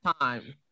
Time